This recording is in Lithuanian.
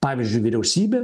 pavyzdžiui vyriausybė